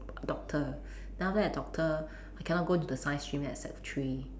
doctor then after that doctor I cannot go into the science stream at sec three